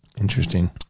Interesting